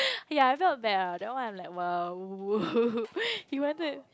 ya it's not bad lah that one like !wow! he wanted